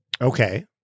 Okay